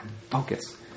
focus